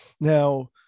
Now